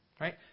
right